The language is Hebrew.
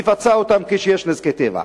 מפצה אותם כשיש נזקי טבע,